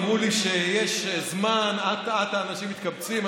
אמרו לי שיש זמן, אט-אט האנשים מתקבצים.